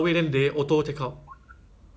!huh!